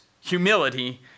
humility